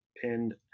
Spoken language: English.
pinned